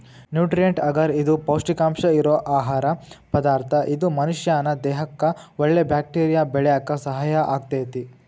nutrient ಅಗರ್ ಇದು ಪೌಷ್ಟಿಕಾಂಶ ಇರೋ ಆಹಾರ ಪದಾರ್ಥ ಇದು ಮನಷ್ಯಾನ ದೇಹಕ್ಕಒಳ್ಳೆ ಬ್ಯಾಕ್ಟೇರಿಯಾ ಬೆಳ್ಯಾಕ ಸಹಾಯ ಆಗ್ತೇತಿ